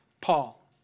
Paul